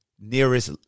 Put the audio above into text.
nearest